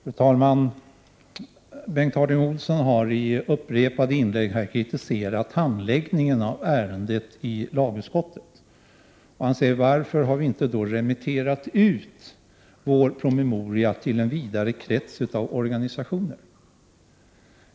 Fru talman! Bengt Harding Olson har i upprepade inlägg kritiserat handläggningen av ärendet i lagutskottet. Han frågar varför vi inte remitterat vår promemoria till en vidare krets av organisationer.